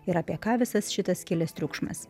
ir apie ką visas šitas kilęs triukšmas